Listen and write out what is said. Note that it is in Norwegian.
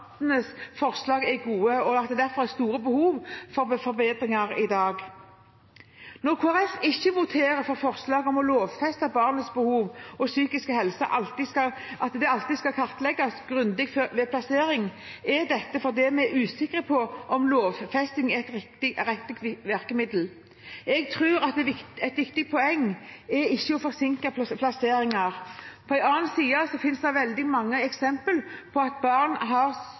direktoratenes forslag er gode, og at det er stort behov for forbedringer i dag. Når Kristelig Folkeparti ikke voterer for forslaget om å lovfeste at barnets behov og psykiske helse alltid skal kartlegges grundig ved plassering, er det fordi vi er usikre på om lovfesting er et riktig virkemiddel. Jeg tror at et viktig poeng er ikke å forsinke plasseringer. På den andre siden finnes det veldig mange eksempler på at